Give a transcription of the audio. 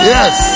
Yes